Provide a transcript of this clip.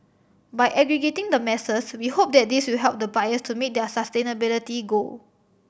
by aggregating the masses we hope that this will help the buyers to meet their sustainability goal